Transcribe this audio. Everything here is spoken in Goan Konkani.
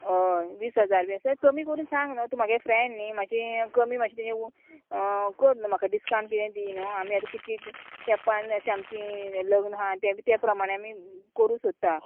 हय वीस हजार बी आसा कमी करून सांग न्हू तूं म्हागे फ्रेंड न्ही मात्शें कमी मातशें तेणी कर न्हू म्हाका डिस्कावंट किदें दी न्हू आमी आतां कितली तेंपान अशें आमची लग्न आहा तें बी ते प्रमाणे आमी करूं सोदता